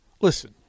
listen